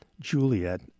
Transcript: Juliet